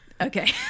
Okay